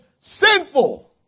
sinful